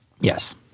Yes